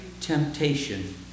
temptation